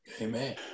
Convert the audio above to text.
Amen